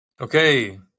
Okay